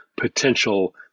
potential